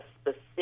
specific